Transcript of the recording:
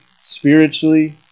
spiritually